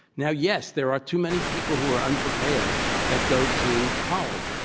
now, yes, there are too many people who are unprepared that go to college.